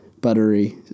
buttery